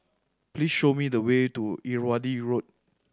please show me the way to Irrawaddy Road